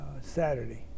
Saturday